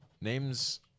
Names